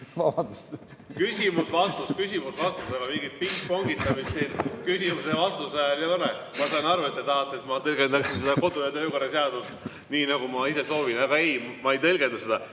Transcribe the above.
Ma saan aru, et te tahate, et ma tõlgendaksin meie kodu- ja töökorra seadust nii, nagu ma ise soovin, aga ei, ma ei tõlgenda seda.